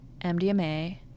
MDMA